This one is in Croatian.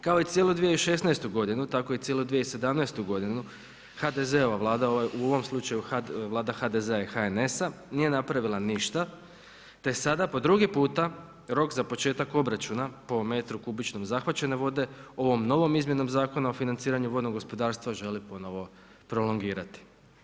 Kao i cijelu 2016. godinu tako i cijelu 2017. godinu HDZ-ova Vlada u ovom slučaju Vlada HDZ-a i HNS-a nije napravila ništa, te sada po drugi puta rok za početak obračuna po metru kubičnom zahvaćene vode ovom novom izmjenom Zakona o financiranju vodnog gospodarstva želi ponovo prolongirati.